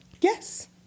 Yes